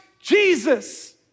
Jesus